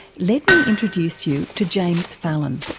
let me introduce you to james fallon,